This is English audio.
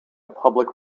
public